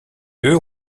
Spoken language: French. eux